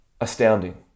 astounding